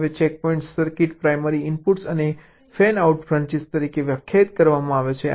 હવે ચેકપોઇન્ટને circuit primary inputs અને ફેનઆઉટ બ્રાન્ચિઝ તરીકે વ્યાખ્યાયિત કરવામાં આવે છે